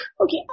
Okay